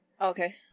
Okay